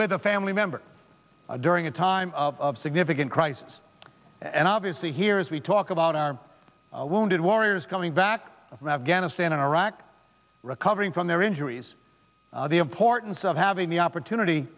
with a family member during a time of significant crisis and obviously here as we talk about our wounded warriors coming back from afghanistan and iraq recovering from their injuries the importance of having the opportunity